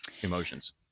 emotions